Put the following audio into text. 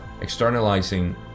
externalizing